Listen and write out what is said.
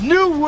New